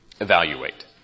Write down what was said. evaluate